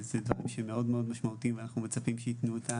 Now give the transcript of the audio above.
כי כבר כמה שנים אנחנו מלווים את הנושא ואנחנו באמת מתקשים לקבל תשובות.